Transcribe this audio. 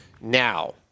Now